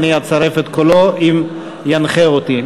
אני אצרף את קולו אם ינחה אותי.